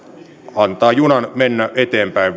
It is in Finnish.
antaa junan mennä eteenpäin